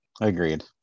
Agreed